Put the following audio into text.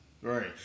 Right